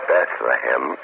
Bethlehem